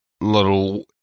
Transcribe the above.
little